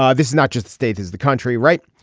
ah this is not just a state is the country right.